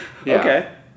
Okay